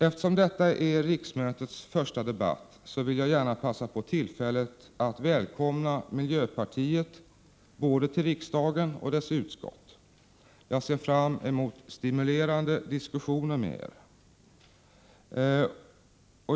Eftersom detta är riksmötets första debatt vill jag gärna passa på tillfället att välkomna miljöpartiets representanter både till riksdagen och till dess utskott. Jag ser fram emot stimulerande diskussioner med er.